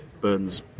burns